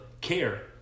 care